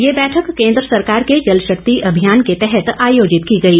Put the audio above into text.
यह बैठक केंद्र सरकार के जलशक्ति अभियान के तहत आयोजित की गई